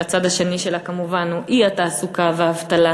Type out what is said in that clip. שהצד השני שלו כמובן הוא האי-תעסוקה והאבטלה,